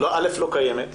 א', לא קיימת.